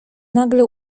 nagle